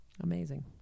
amazing